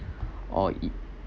or